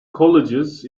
colleges